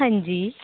हांजी